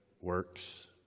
works